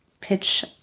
pitch